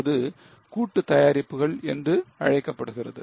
அது கூட்டு தயாரிப்புகள் என்று அறியப்படுகிறது